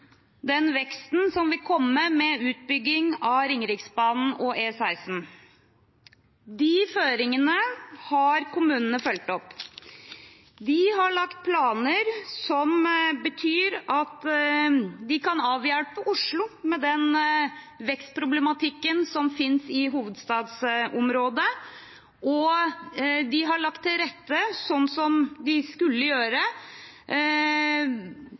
den veksten som vil komme med utbygging av Ringeriksbanen og E16. De føringene har kommunene fulgt opp. De har lagt planer som betyr at de kan avhjelpe Oslo med den vekstproblematikken som fins i hovedstadsområdet, og de har lagt til rette, som de skulle gjøre,